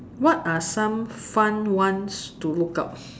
what are some fun ones to look up